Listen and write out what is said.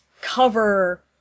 cover